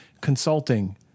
consulting